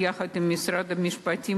ביחד עם משרד המשפטים,